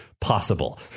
possible